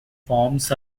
forms